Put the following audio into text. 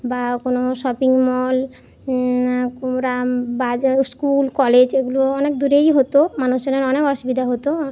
বা কোনো শপিং মল বাজার স্কুল কলেজ এগুলো অনেক দূরেই হতো মানুষজনের অনেক অসুবিধা হতো